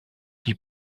qui